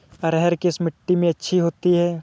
अरहर किस मिट्टी में अच्छी होती है?